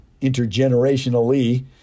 Intergenerationally